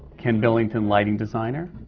ken billington, lighting designer.